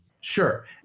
Sure